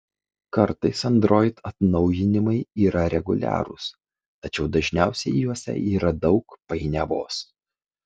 kartais android atnaujinimai yra reguliarūs tačiau dažniausiai juose yra daug painiavos